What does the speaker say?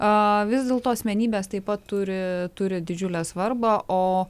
a vis dėlto asmenybės taip pat turi turi didžiulę svarbą o